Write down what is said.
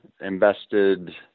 invested